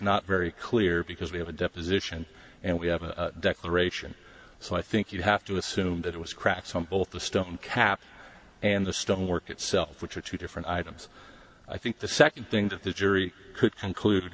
not very clear because we have a deposition and we have a declaration so i think you have to assume that it was cracks on both the stone cap and the stone work itself which are two different items i think the second thing that the jury could conclude